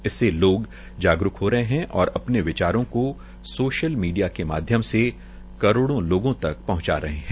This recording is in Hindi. इससे लोग जागरूक हो हरे है और अपने विचारों को सोशल मीडिया के माध्यम से करोड़ों लोगों तक पहंचा रहे है